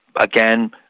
Again